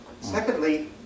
secondly